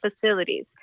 facilities